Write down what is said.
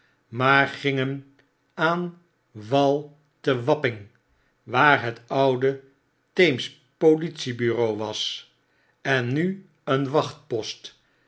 maar gingen aan wal te wapping waar het oude theems politiebureau was is nu een